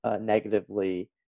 negatively